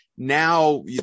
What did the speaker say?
Now